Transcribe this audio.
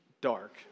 dark